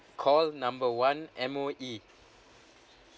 call number one M_O_E